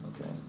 Okay